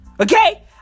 okay